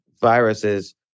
viruses